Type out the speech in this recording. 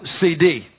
CD